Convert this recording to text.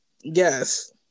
Yes